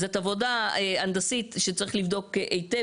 זאת עבודה הנדסית שצריך לבדוק היטב.